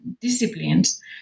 disciplines